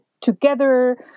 together